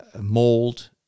mold